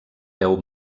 peu